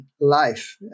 life